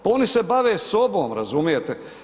Pa oni se bave sobom, razumijete.